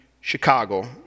Chicago